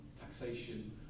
taxation